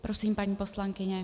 Prosím, paní poslankyně.